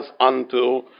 unto